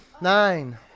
nine